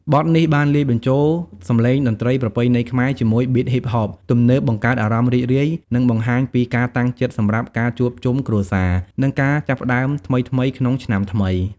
បទនេះបានលាយបញ្ចូល សម្លេងតន្ត្រីប្រពៃណីខ្មែរ ជាមួយប៊ីតហ៊ីបហបទំនើបបង្កើតអារម្មណ៍រីករាយ និងបង្ហាញពីការតាំងចិត្តសម្រាប់ការជួបជុំគ្រួសារ និងការចាប់ផ្តើមថ្មីៗក្នុងឆ្នាំថ្មី។